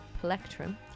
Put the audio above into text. plectrum